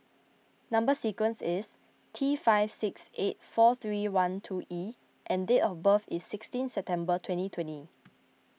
Number Sequence is T five six eight four three one two E and date of birth is sixteen September twenty twenty